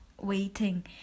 waiting